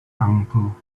uncle